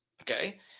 Okay